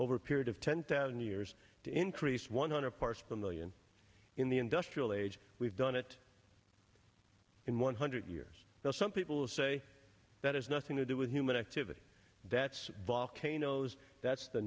over a period of ten thousand years to increase one hundred parts per million in the industrial age we've done it in one hundred years now some people say that has nothing to do with human activity that's volcanoes that's the